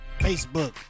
Facebook